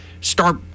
start